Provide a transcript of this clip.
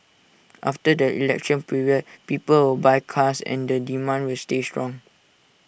after the election period people will buy cars and the demand will stay strong